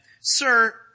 Sir